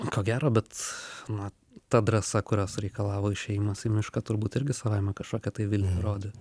ko gero bet na ta drąsa kurios reikalavo išėjimas į mišką turbūt irgi savaime kažkokią tai viltį rodė